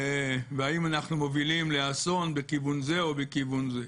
והאם אנחנו מובילים לאסון בכיוון זה או בכיוון זה.